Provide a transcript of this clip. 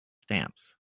stamps